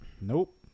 Nope